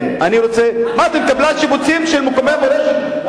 מה, אתם קבלן שיפוצים של אתרי המורשת?